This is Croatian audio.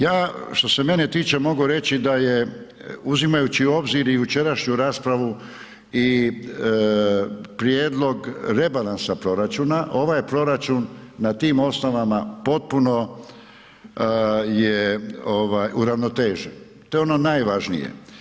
Ja što se mene tiče, mogu reći da je uzimajući u obzir i jučerašnju raspravi i prijedlog rebalansa proračuna, ovaj je proračun na tim osnovama potpuno je uravnotežen, to je ono najvažnije.